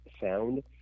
sound